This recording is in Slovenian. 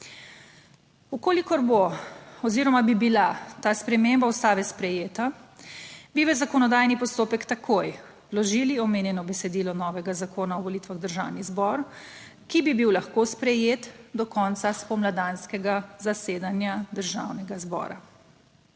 kolikor bo oziroma bi bila ta sprememba Ustave sprejeta, bi v zakonodajni postopek takoj vložili omenjeno besedilo novega zakona o volitvah v državni zbor, ki bi bil lahko sprejet do konca spomladanskega zasedanja Državnega zbora.